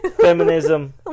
Feminism